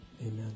Amen